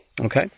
Okay